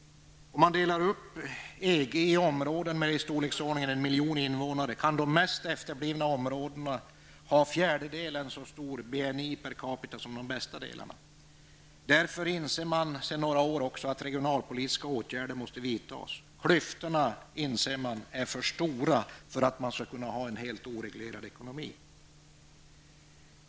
Om man delar upp EG i områden med i storleksordningen en miljon invånare, kan de mest efterblivna områdena ha fjärdedelen så stor BNI per capita som de bästa delarna. Därför inser man sedan några år också att regionalpolitiska åtgärder måste vidtas. Klyftorna är för stora, inser man, för att man skall kunna ha en helt oreglerad ekonomi.